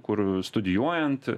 kur studijuojant